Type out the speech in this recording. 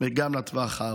וגם לטווח הארוך.